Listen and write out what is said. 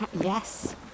Yes